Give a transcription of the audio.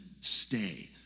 stay